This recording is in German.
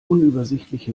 unübersichtliche